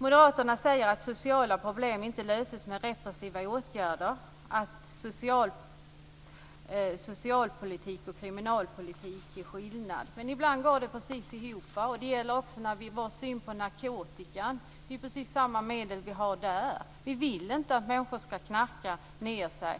Moderaterna säger att sociala problem inte löses med repressiva åtgärder, att det är skillnad på socialpolitik och kriminalpolitik. Men ibland går de ihop, och det gäller också vår syn på narkotikan. Det är samma medel vi har där. Vi vill inte att människor skall knarka ned sig